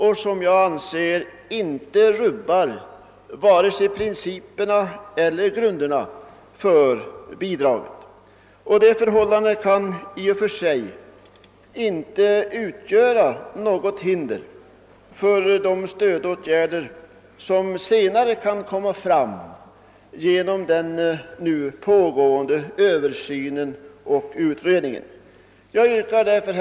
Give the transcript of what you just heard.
Det rubbar inte vare sig principerna eller grunderna för bidraget. Ett uppfyllande av vårt krav kan i och för sig inte utgöra något hinder för de stödåtgärder som kan föreslås av den nu pågående utredningen. Herr talman!